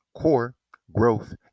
core-growth